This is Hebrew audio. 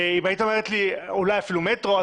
אם היית אומרת לי אולי אפילו מטרו,